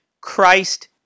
Christ